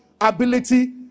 ability